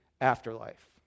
afterlife